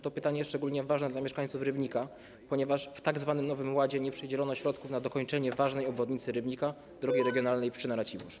To pytanie jest szczególnie ważne dla mieszkańców Rybnika, ponieważ w tzw. Nowym Ładzie nie przydzielono środków na dokończenie ważnej obwodnicy Rybnika, drogi regionalnej Pszczyna - Racibórz.